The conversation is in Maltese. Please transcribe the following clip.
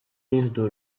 nieħdu